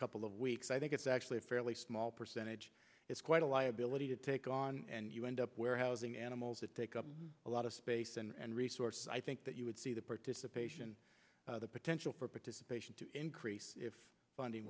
couple of weeks i think it's actually a fairly small percentage it's quite a liability to take on and you end up warehousing animals that take up a lot of space and resources i think that you would see the participation the potential for participation to increase if funding